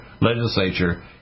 legislature